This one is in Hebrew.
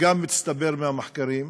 שגם מצטבר מהמחקרים,